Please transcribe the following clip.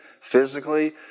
physically